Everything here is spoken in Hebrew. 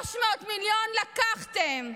300 מיליון, לקחתם.